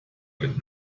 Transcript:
mit